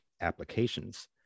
applications